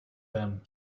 them